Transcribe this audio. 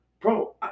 bro